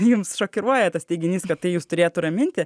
jums šokiruoja tas teiginys kad tai jus turėtų raminti